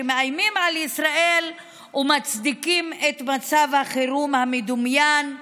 שמאיימים על ישראל ומצדיקים את מצב החירום המדומיין,